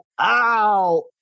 ow